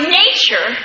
nature